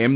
એમ